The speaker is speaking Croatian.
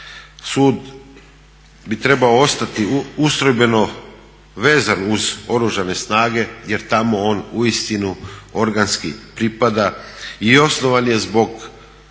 Sud bi trebao ostati ustrojbeno vezan uz oružane snage jer tamo on uistinu organski pripada i i osnovan je zbog stege